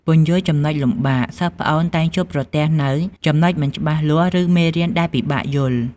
ពន្យល់ចំណុចលំបាក សិស្សប្អូនតែងជួបប្រទះនូវ ចំណុចមិនច្បាស់លាស់ ឬមេរៀនដែលពិបាកយល់។